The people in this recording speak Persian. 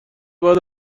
باید